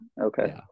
Okay